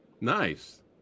Nice